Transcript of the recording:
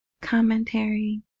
commentary